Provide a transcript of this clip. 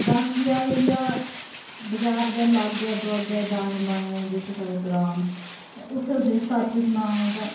ते बाकी आई गेआ बजार दे लागै दुआगै दाएं बाएं जेह्के साढ़े ग्रांऽ न ते उत्थै तुसेंगी सच सनां तां